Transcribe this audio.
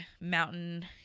mountain